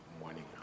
morning